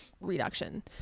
reduction